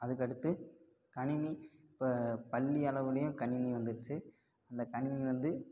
அதுக்கடுத்து கணினி இப்போ பள்ளி அளவிலையும் கணினி வந்துருச்சு அந்த கணினி வந்து